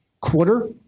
quarter